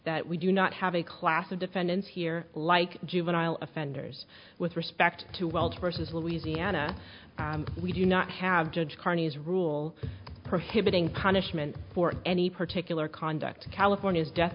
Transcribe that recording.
that we do not have a class of defendants here like juvenile offenders with respect to wild versus louisiana we do not have judge carney's rule prohibiting punishment for any particular conduct california's death